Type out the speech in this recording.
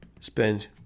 spend